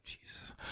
Jesus